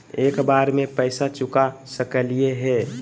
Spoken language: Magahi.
एक बार में पैसा चुका सकालिए है?